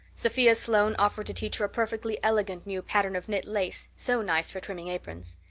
sophia sloane offered to teach her a perfectly elegant new pattern of knit lace, so nice for trimming aprons.